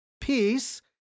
peace